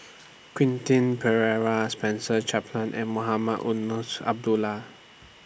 Quentin Pereira Spencer Chapman and Mohamed Eunos Abdullah